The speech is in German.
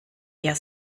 eher